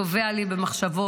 טובע לי במחשבות,